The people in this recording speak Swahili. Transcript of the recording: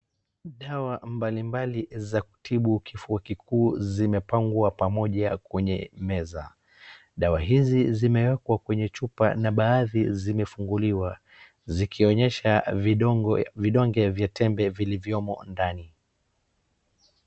Dawa mbalimbali za kutibu kifua kikuu zimepangwa pamoja kwenye meza. Dawa hizi zimewekwa kwenye chupa na baadhi zimefunguliwa zikionyesha vidonge vya tembe vilivyomo ndani.